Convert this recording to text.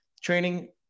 training